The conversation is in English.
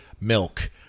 Milk